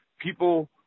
people